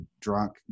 drunk